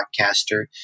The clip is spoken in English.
podcaster